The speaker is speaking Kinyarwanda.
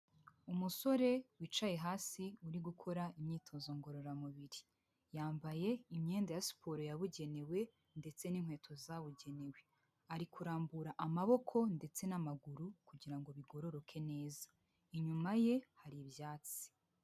Umusore wicaye hasi uri gukora imyitozo ngororamubiri, yambaye imyenda ya siporo yabugenewe, ndetse n'inkweto zabugenewe, ari kurambura amaboko ndetse n'amaguru, kugira ngo bigororoke neza, inyuma ye hari ibyatsi.